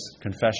confession